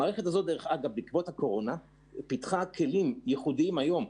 המערכת הזאת, דרך אגב, פיתחה כלים ייחודים היום,